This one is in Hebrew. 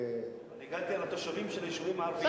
אני הגנתי על התושבים של היישובים הערביים.